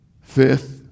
fifth